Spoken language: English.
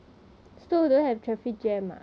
很多巴士